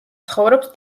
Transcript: ცხოვრობს